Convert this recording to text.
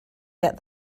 get